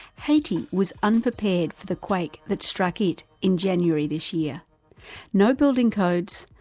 haiti was unprepared for the quake that struck it in january this year no building codes,